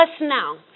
now